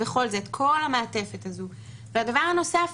והדבר הנוסף